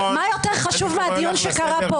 מה יותר חשוב מהדיון שקרה פה?